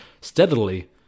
steadily